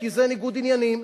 כי זה ניגוד עניינים,